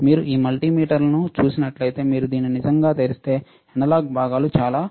మీరు ఈ మల్టిమీటర్ను చూసినట్లయితే మీరు దీన్ని నిజంగా తెరిస్తే అనలాగ్ భాగాలు చాలా ఉన్నాయి